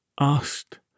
asked